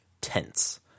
tense